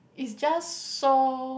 is just so